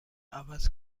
عوض